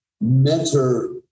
mentor